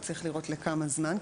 אבל צריך לראות לכמה זמן.